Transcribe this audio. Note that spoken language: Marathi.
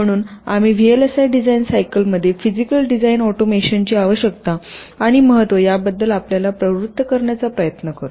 म्हणून आम्ही व्हीएलएसआय डिझाइन सायकलमध्ये फिजीकल डिझाइन ऑटोमेशनची आवश्यकता आणि महत्त्व याबद्दल आपल्याला प्रवृत्त करण्याचा प्रयत्न करू